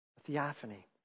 Theophany